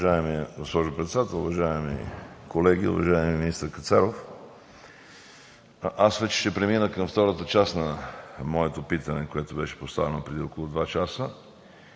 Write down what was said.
Уважаема госпожо Председател, уважаеми колеги! Уважаеми министър Кацаров, ще премина към втората част на моето питане, което беше поставено преди около два часа.